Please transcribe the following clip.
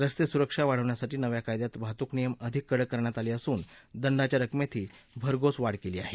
रस्ते सुरक्षा वाढवण्यासाठी नव्या कायद्यात वाहतूक नियम अधिक कडक करण्यात आले असून दंडाच्या रक्कमेतही भरघोस वाढ केली आहे